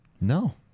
No